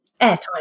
airtime